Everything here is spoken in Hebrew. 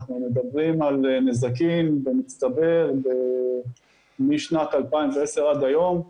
אנחנו מדברים על נזקים במצטבר משנת 2010 עד היום,